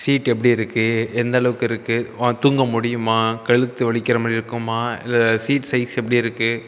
seat எப்டியிருக்கு எந்த அளவுக்கு இருக்கு தூங்க முடியுமா கழுத்து வலிக்கிற மாதிரி இருக்குமா இல்லை சீட் சைஸ் எப்டியிருக்கு